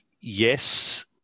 Yes